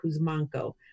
Kuzmanko